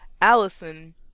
Allison